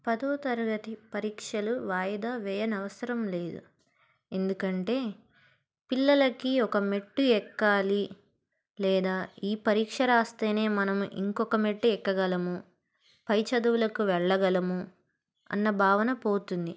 పదో తరగతి పరీక్షలు వాయిదా వేయన్వసరం లేదు ఎందుకంటే పిల్లలకి ఒక మెట్టు ఎక్కాలి లేదా ఈ పరీక్ష రాస్తేనే మనము ఇంకొక మెట్టు ఎక్కగలము పై చదువులకు వెళ్ళగలము అన్న భావన పోతుంది